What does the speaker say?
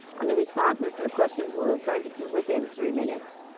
and the responses to the questions we are trying to keep within three minutes.